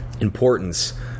importance